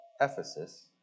Ephesus